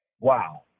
wow